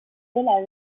annoncés